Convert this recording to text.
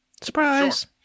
Surprise